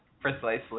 precisely